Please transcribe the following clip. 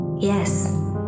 Yes